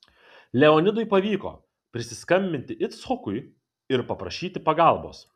leonidui pavyko prisiskambinti icchokui ir paprašyti pagalbos